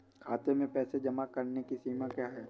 खाते में पैसे जमा करने की सीमा क्या है?